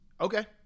okay